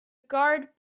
guard